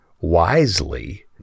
wisely